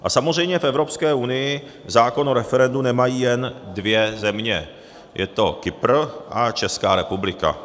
A samozřejmě v Evropské unii zákon o referendu nemají jen dvě země: Je to Kypr a Česká republika.